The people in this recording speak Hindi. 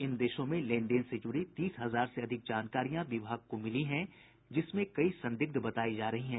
इन देशों में लेन देन से जूड़ी तीस हजार से अधिक जानकारियां विभाग को मिली हैं जिनमें कई संदिग्ध बतायी जा रही हैं